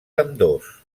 ambdós